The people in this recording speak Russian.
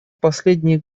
последние